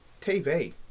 TV